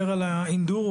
עבריינים.